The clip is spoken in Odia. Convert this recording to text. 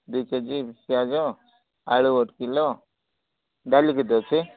ଦୁଇ କେଜି ପିଆଜ ଆଳୁ ଗୋଟେ କିଲ ଡାଲି କେତେ ଅଛି